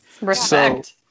Respect